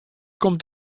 komt